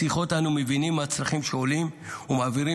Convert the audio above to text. בשיחות אנו מבינים מה הצרכים שעולים ומעבירים